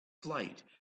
flight